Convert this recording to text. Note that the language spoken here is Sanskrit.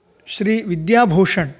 श्री विद्याभूषण्